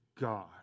God